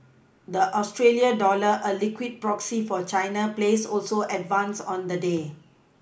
the Australia dollar a liquid proxy for China plays also advanced on the day